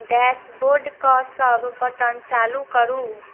डैशबोर्डके सभ बटन चालू करू